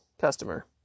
customer